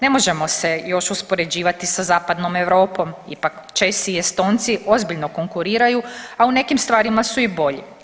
Ne možemo se još uspoređivati sa Zapadnom Europom ipak Česi i Estonci ozbiljno konkuriraju, a u nekim stvarima su i bolji.